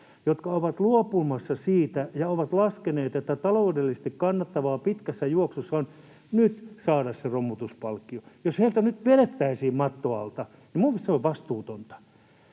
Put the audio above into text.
jotka ovat luopumassa siitä ja ovat laskeneet, että taloudellisesti kannattavaa pitkässä juoksussa on nyt saada se romutuspalkkio. Jos heiltä nyt vedettäisiin matto alta, niin minun mielestäni se olisi vastuutonta.